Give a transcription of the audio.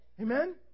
Amen